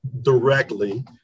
directly